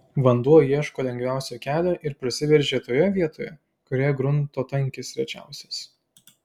vanduo ieško lengviausio kelio ir prasiveržia toje vietoje kurioje grunto tankis rečiausias